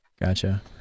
Gotcha